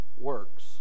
works